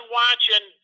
watching